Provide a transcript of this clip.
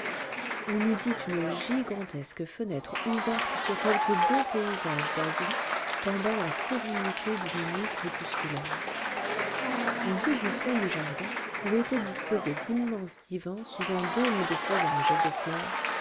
on eût dit une gigantesque fenêtre ouverte sur quelque beau paysage d'asie pendant la sérénité d'une nuit crépusculaire vue du fond du jardin où étaient disposés d'immenses divans sous un dôme de feuillage et de fleurs